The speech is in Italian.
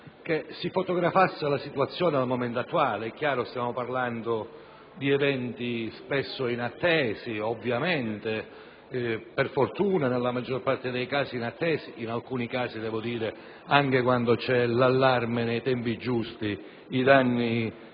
che si fotografasse la situazione al momento attuale. È chiaro, stiamo parlando di eventi spesso inattesi, anzi per fortuna nella maggior parte dei casi inattesi, pure se in alcuni casi, anche quando c'è l'allarme dato nei tempi giusti, i danni